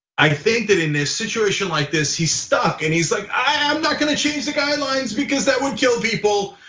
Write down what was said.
i think that in a situation like this, he stuck. and he's like, i am not gonna change the guidelines because that would kill people.